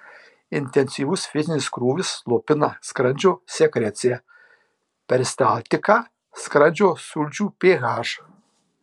intensyvus fizinis krūvis slopina skrandžio sekreciją peristaltiką skrandžio sulčių ph